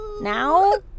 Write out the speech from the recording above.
Now